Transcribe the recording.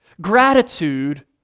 Gratitude